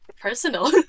personal